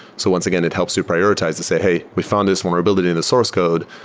so once again, it helps you prioritize to say, hey, we found this vulnerability in the source code,